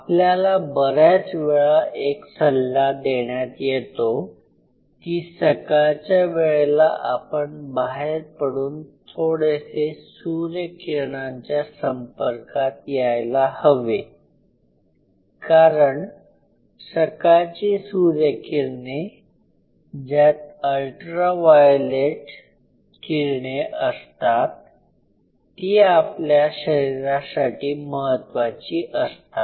आपल्याला बऱ्याच वेळा एक सल्ला देण्यात येतो की सकाळच्या वेळेला आपण बाहेर पडून थोडसे सूर्यकिरणांच्या संपर्कात यायला हवे कारण सकाळची सूर्यकिरणे ज्यात अल्ट्रा वॉयलेट किरणे असतात ती आपल्या शरीरासाठी महत्त्वाची असतात